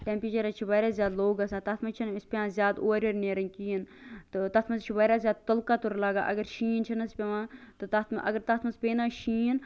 temperature حظ چھُ واریاہ زیادٕ لو گَژھان تتھ مَنٛز چھ نہٕ اصَہِ پیٚوان زیاد اورٕ یورٕ نیرُن کِہیٖنۍ تہٕ تتھ مَنٛز چھُ واریاہ زیادٕ تُل کَتُر لَگان اگر شیٖن چھُ نہ حظ پیٚوان تہٕ تتھ اگر تتھ مَنٛز پے نہ شیٖن